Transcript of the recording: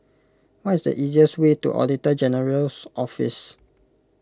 what is the easiest way to Auditor General's Office